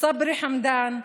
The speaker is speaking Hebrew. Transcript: סברי חמדאן,